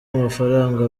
amafaranga